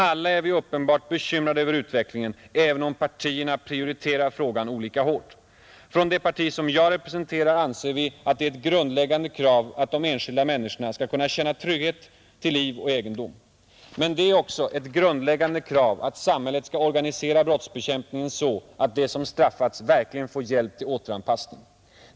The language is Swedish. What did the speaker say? Alla är vi uppenbart bekymrade över utvecklingen även om partierna prioriterar frågan olika hårt. Från det parti som jag representerar anser vi att det är ett grundläggande krav att de enskilda människorna skall kunna känna trygghet till liv och egendom Men det är också ett grundläggande krav att samhället skall organisera brottsbekämpningen så att de som straffats verkligen får hjälp till återanpassning.